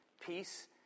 peace